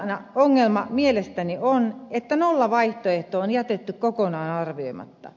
suurin ongelma mielestäni on että nollavaihtoehto on jätetty kokonaan arvioimatta